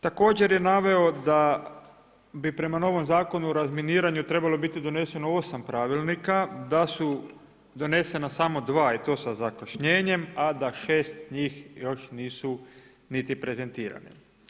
Također je naveo da bi prema novom Zakonu o razminiranju trebalo biti doneseno 8 pravilnika, da su donesena samo 2 i to sa zakašnjenjem a da 6 njih još nisu niti prezentirani.